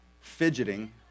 fidgeting